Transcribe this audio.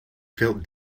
felt